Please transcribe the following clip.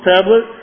Tablet